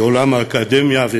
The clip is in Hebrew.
מעולם האקדמיה,